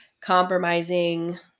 compromising